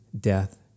death